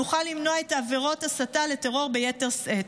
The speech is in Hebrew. נוכל למנוע עבירות הסתה לטרור ביתר שאת.